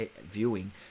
viewing